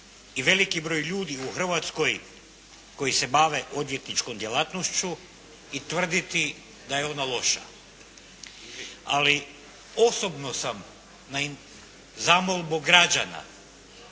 i veliki broj ljudi u Hrvatskoj koji se bave odvjetničkom djelatnošću i tvrditi da je ona loša. Ali osobno sam na zamolbu građana